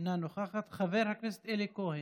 אינה נוכחת, חבר הכנסת אלי כהן,